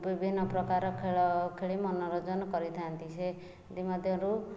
ବିଭିନ୍ନ ପ୍ରକାର ଖେଳ ଖେଳି ମନୋରଞ୍ଜନ କରିଥାନ୍ତି ସେଥିମଧ୍ୟରୁ